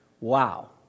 Wow